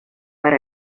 per